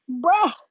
bruh